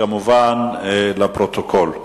זה כמובן לפרוטוקול.